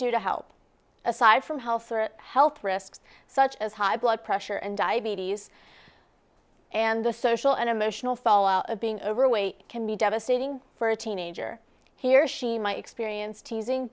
do to help aside from health health risks such as high blood pressure and diabetes and the social and emotional fallout of being overweight can be devastating for a teenager he or she might experience teasing